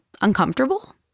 Uncomfortable